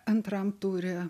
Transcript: antram ture